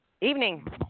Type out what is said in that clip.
evening